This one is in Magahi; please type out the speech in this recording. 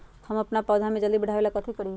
हम अपन पौधा के जल्दी बाढ़आवेला कथि करिए?